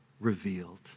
revealed